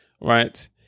right